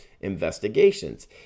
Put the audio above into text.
Investigations